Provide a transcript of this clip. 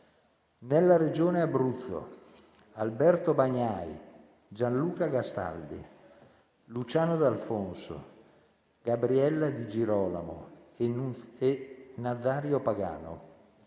nella Regione Abruzzo: Alberto Bagnai, Gianluca Castaldi, Luciano D'Alfonso, Gabriella Di Girolamo, Nazario Pagano;